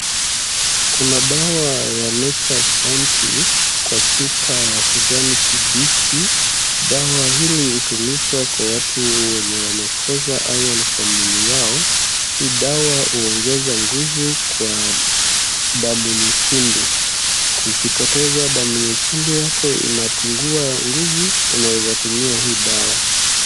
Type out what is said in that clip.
Kuna dawa ya Nature's Bounty kwa chupa ya kijani kibichi. Dawa hili hutumika kwa watu wenye wamekosa iron kwa mwili yao. Hii dawa huongeza nguvu kwa damu nyekundu. Ukipoteza damu nyekundu yako inapungua nguvu, unaweza tumia hii dawa.